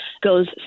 goes